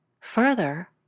Further